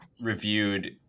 reviewed